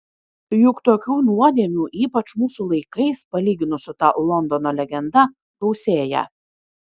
juk tokių nuodėmių ypač mūsų laikais palyginus su ta londono legenda gausėja